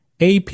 AP